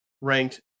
ranked